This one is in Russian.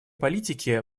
политике